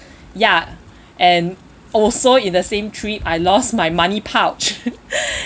ya and also in the same trip I lost my money pouch